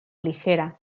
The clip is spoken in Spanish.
ligera